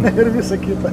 ir visa kita